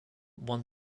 won